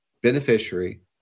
beneficiary